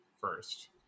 first